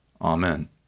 Amen